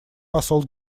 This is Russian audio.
посол